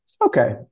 Okay